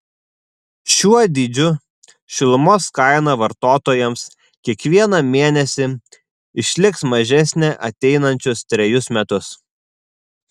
šiuo dydžiu šilumos kaina vartotojams kiekvieną mėnesį išliks mažesnė ateinančius trejus metus